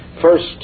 first